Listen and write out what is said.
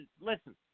listen